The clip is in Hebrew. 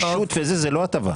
גמישות וזה זה לא הטבה.